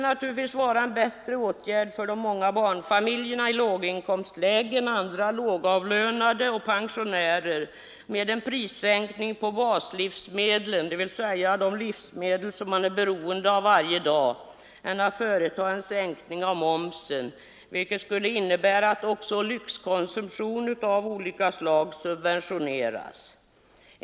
För de många barnfamiljerna i låginkomstlägena och andra lågavlönade samt för pensionärer måste det naturligtvis vara bättre med en prissänkning på baslivsmedel, dvs. sådana livsmedel som man är beroende av varje dag, än att företa en sänkning av momsen, som ju skulle innebära att också lyxkonsumtion av olika slag subventioneras.